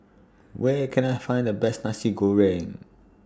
Where Can I Find The Best Nasi Goreng